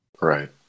Right